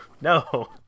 No